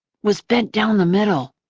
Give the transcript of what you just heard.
was bent down the middle.